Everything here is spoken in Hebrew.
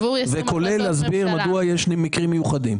כולל להסביר מדוע יש מקרים מיוחדים.